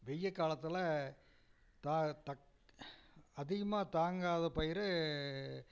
வெய்யக்காலத்தில் அதிகமாக தாங்காத பயிறு